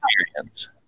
experience